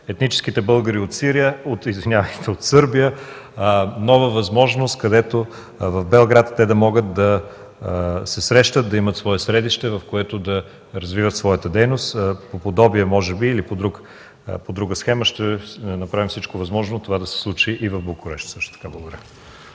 етническите българи от Сърбия нова възможност, където в Белград те да могат да се срещат, да имат свое средище, в което да развиват своята дейност. По подобие или може би по друга схема, ще направим всичко възможно това да се случи също